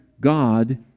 God